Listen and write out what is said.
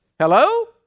Hello